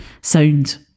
sound